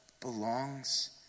belongs